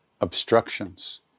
obstructions